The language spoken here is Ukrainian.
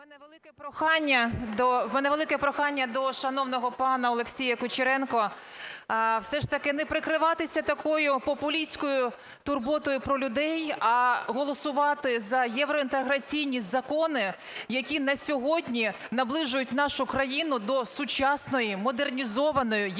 В мене велике прохання до шановного пана Олексія Кучеренка все ж таки не прикриватися такою популістською турботою про людей, а голосувати за євроінтеграційні закони, які на сьогодні наближують нашу країну до сучасної, модернізованої європейської